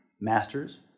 Master's